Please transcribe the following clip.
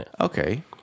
Okay